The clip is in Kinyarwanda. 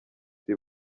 isi